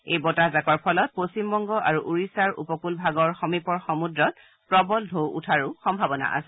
এই বতাহজাকৰ ফলত পশ্চিমবংগ আৰু উৰিয্যাৰ উপকূল ভাগৰ সমীপৰ সমূদ্ৰত প্ৰবল টৌ উঠাৰো সম্ভাৱনা আছে